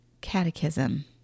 catechism